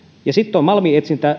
sitten on malminetsintä